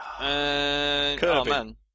Kirby